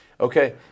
Okay